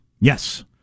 Yes